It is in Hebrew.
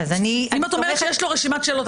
אם את אומרת שיש לו רשימת שאלות,